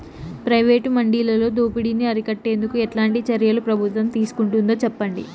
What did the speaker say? Private మండీలలో దోపిడీ ని అరికట్టేందుకు ఎట్లాంటి చర్యలు ప్రభుత్వం తీసుకుంటుందో చెప్పండి?